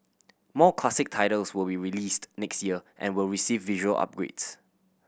more classic titles will be released next year and will receive visual upgrades